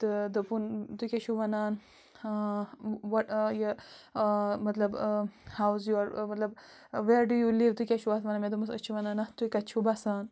تہٕ دوٚپُن تُہۍ کیٛاہ چھُو وَنان ہاں وَ یہِ مطلب ہَو اِز یُوَر مطلب وِیَر ڈوٗ یوٗ لِو تُہۍ کیٛاہ چھُ اَتھ وَنان مےٚ دوٚپمَس أسۍ چھِ وَنان اَتھ تُہۍ کَتہِ چھُو بَسان